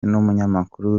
n’umunyamakuru